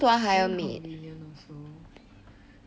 very inconvenient also